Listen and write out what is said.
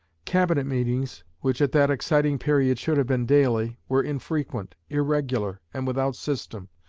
cabinet meetings, which at that exciting period should have been daily, were infrequent, irregular, and without system,